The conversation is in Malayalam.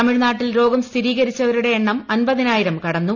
തമിഴ്നാട്ടിൽ രോഗം സ്ഥിരീകരിച്ചവരുടെ എണ്ണം അമ്പതിനായിരം കടന്നു